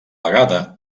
vegada